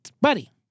buddy